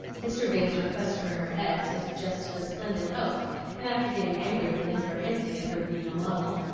mr. vane's request for her head suggested a splendid hope and after getting angry with him for hinting at her being a model,